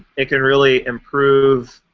it can really improve.